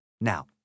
Now